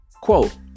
Quote